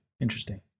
interesting